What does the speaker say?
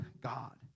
God